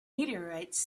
meteorites